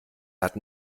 hat